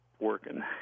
working